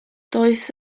does